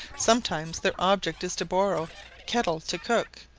sometimes their object is to borrow kettle to cook,